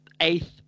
eighth